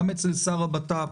גם אצל השר לביטחון פנים,